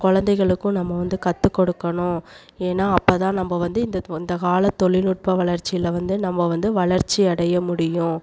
குழந்தைகளுக்கு நம்ப வந்து கற்றுக் கொடுக்கணும் ஏன்னா அப்போ தான் நம்ப வந்து இந்த து இந்த கால தொழில்நுட்ப வளர்ச்சியில் வந்து நம்ப வந்து வளர்ச்சி அடைய முடியும்